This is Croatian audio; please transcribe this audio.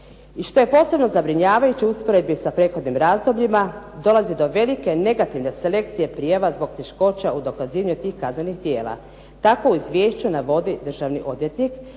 I što je posebno zabrinjavajuće u usporedbi sa prethodnim razdobljima dolazi do velike negativne selekcije prijava zbog teškoća u dokazivanju tih kaznenih djela. Tako u izvješću navodi državni odvjetnik